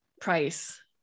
price